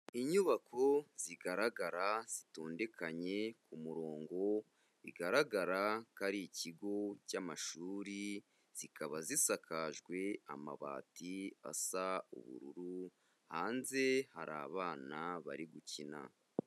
Inyubako zigaragara zitondekanye ku murongo, bigaragara ko ari ikigo cy'amashuri, zikaba zisakajwe amabati asa ubururu, hanze hari abana bari gukina.